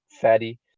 fatty